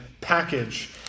package